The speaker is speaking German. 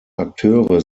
akteure